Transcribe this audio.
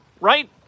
Right